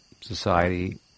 society